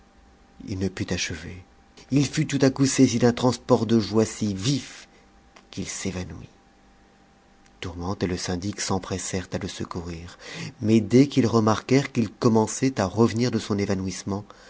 it ne put achever t fut tout à coup saisi d'un transport de joie si vif qu'il s'évanouit tourmente et le syndic s'empressèrent à le secourir mais dfs qu'i s remarquèrent qu'il commençait à revenir de son évanouissement